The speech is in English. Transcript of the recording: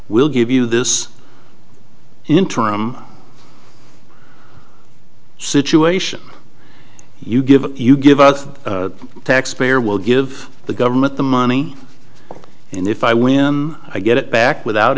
we'll give you this interim situation you give it you give us the taxpayer will give the government the money and if i win i get it back without